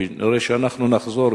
כנראה אנחנו נחזור,